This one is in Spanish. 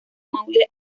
maule